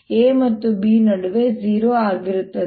a ಮತ್ತು b ನಡುವೆ 0 ಆಗಿರುತ್ತದೆ